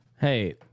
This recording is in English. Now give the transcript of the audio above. hey